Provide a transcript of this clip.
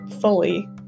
fully